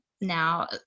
now